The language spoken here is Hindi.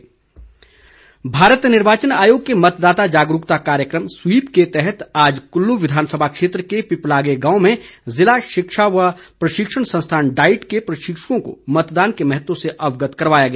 स्वीप कार्यक्रम भारत निर्वाचन आयोग के मतदाता जागरूकता कार्यक्रम स्वीप के तहत आज कल्लू विधानसभा क्षेत्र के पिपलागे गांव में जिला शिक्षा व प्रशिक्षण संस्थान डाइट के प्रशिक्षुओं को मतदान के महत्व से अवगत करवाया गया